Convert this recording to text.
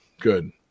Good